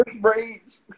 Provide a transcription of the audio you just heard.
braids